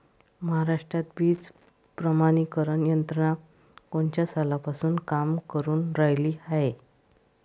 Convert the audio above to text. महाराष्ट्रात बीज प्रमानीकरण यंत्रना कोनच्या सालापासून काम करुन रायली हाये?